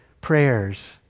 prayers